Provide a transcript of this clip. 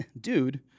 dude